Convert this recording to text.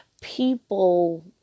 people